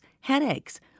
headaches